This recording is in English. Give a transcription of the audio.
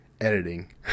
editing